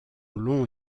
long